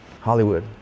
Hollywood